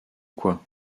quoi